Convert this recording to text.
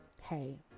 Hey